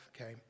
okay